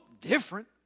different